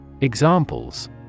Examples